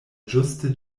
ĝuste